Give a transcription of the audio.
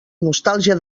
nostàlgia